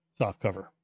softcover